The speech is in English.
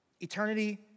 Eternity